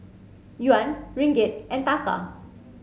Yuan Ringgit and Taka